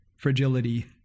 fragility